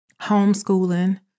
homeschooling